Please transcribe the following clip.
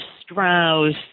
Strauss